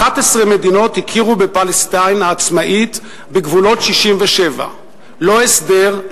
11 מדינות הכירו בפלסטין העצמאית בגבולות 67'; לא הסדר,